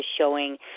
showing